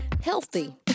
healthy